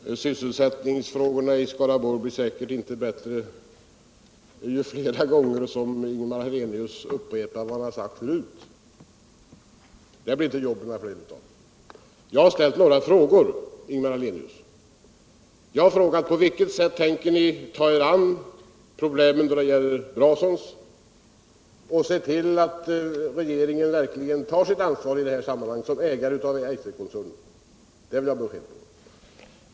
Herr talman! Sysselsättningen i Skaraborgs län blir säkert inte bättre för att Ingemar Hallenius flera gånger upprepar vad han sagt förut. Det blir inte jobben fler av. Jag har ställt några frågor, Ingemar Halllenius, som jag vill ha svar på. Den första frågan lyder: På vilket sätt tänker ni ta er an problemen när det gäller Brasons och se till att regeringen verkligen tar sitt ansvar med tanke på att staten är ägare till Eiserkoncernen?